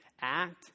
act